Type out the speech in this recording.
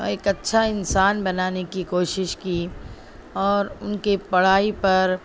ایک اچھا انسان بنانے کی کوشش کی اور ان کی پڑھائی پر